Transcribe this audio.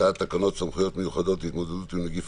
הצעת תקנות סמכויות מיוחדות להתמודדות עם נגיף